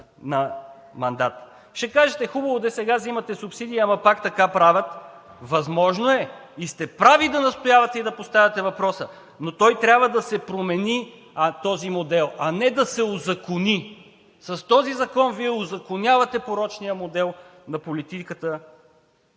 на мандат. Ще кажете: „Хубаво де, сега вземате субсидия, ама пак така правят“ – възможно е, и сте прави да настоявате и да поставяте въпроса, но този модел трябва да се промени, а не да се узакони. С този закон Вие узаконявате порочния модел на политиката,